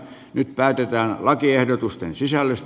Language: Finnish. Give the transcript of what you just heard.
nyt päätetään lakiehdotusten sisällöstä